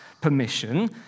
permission